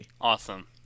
Awesome